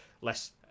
less